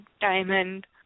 diamond